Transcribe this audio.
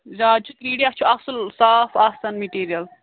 زیادٕ چھُ کِرٛیٖڈ یَتھ چھُ اَصٕل صاف آسان میٚٹیٖرِیل